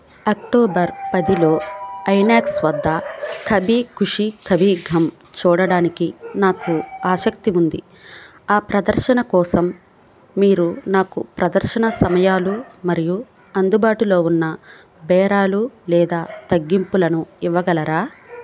October పదిలో ఐనాక్స్ వద్ద కభీ ఖుషీ కభీ ఘమ్ చూడటానికి నాకు ఆసక్తి ఉంది ఆ ప్రదర్శన కోసం మీరు నాకు ప్రదర్శన సమయాలు మరియు అందుబాటులో ఉన్న బేరాలు లేదా తగ్గింపులను ఇవ్వగలరా